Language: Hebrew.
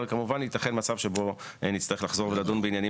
אבל כמובן שיתכן מצב שבו נצטרך לחזור ולדון בעניינים